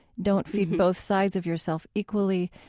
don't feed both sides of yourself equally.